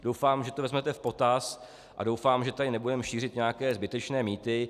Doufám, že to vezmete v potaz, a doufám, že tady nebudeme šířit nějaké zbytečné mýty.